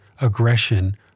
aggression